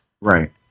Right